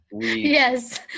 Yes